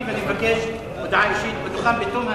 אני הותקפתי ואני מבקש הודעה אישית בתום,